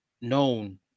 known